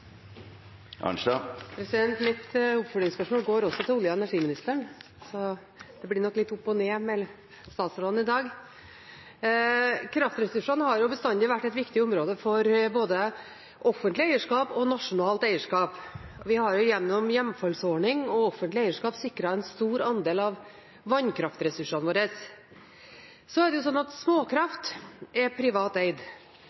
Mitt oppfølgingsspørsmål går også til olje- og energiministeren, så det blir nok litt opp og ned med statsrådene i dag! Kraftressursene har jo bestandig vært et viktig område for både offentlig eierskap og nasjonalt eierskap. Vi har gjennom hjemfallsordning og offentlig eierskap sikret en stor andel av vannkraftressursene våre. Så er det slik at